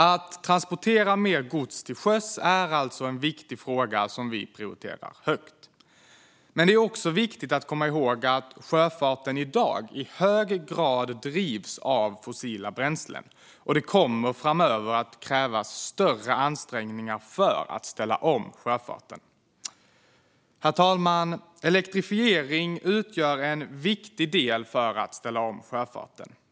Att transportera mer gods till sjöss är alltså en viktig fråga som vi prioriterar högt. Men det är också viktigt att komma ihåg att sjöfarten i dag i hög grad drivs av fossila bränslen, och framöver kommer större ansträngningar att krävas för att ställa om sjöfarten. Herr talman! Elektrifiering utgör en viktig del för att ställa om sjöfarten.